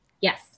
Yes